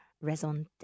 raison